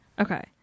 Okay